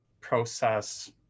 process